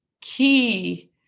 key